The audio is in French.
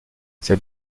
ses